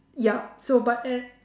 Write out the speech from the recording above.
yup so but at